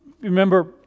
Remember